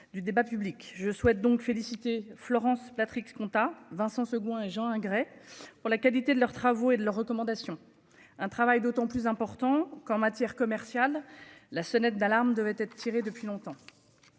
Du débat public. Je souhaite donc félicitée Florence Patrick compta Vincent Segouin Jean Grey pour la qualité de leurs travaux et de leurs recommandations. Un travail d'autant plus important qu'en matière commerciale, la sonnette d'alarme devaient être tirés depuis longtemps.